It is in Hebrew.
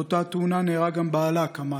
באותה תאונה נהרג גם בעלה כמאל.